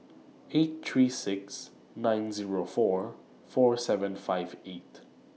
eight three six nine Zero four four seven five eight